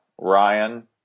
Ryan